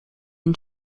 and